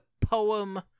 poem